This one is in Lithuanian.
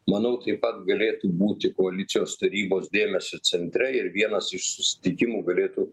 manau taip pat galėtų būti koalicijos tarybos dėmesio centre ir vienas iš susitikimų galėtų